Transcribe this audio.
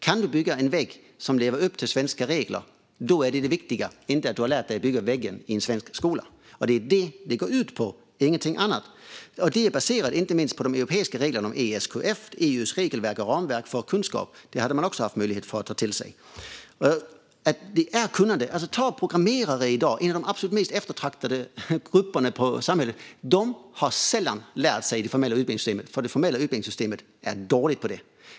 Kan du bygga en vägg som uppfyller svenska regler är detta det viktiga, inte att du har lärt dig att bygga väggen i en svensk skola. Det är detta som det går ut på, ingenting annat. Det är baserat inte minst på de europeiska reglerna inom EQF, EU:s regelverk och ramverk för kunskap. Det hade man också haft möjlighet att ta till sig. Det handlar om kunnande. Man kan se på programmerare i dag, en av de mest eftertraktade grupperna i samhället. De har sällan lärt sig inom det formella utbildningssystemet, för det systemet är dåligt på det.